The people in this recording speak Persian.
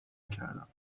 کردم